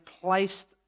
placed